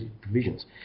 provisions